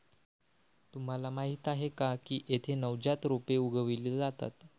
तुम्हाला माहीत आहे का की येथे नवजात रोपे उगवली जातात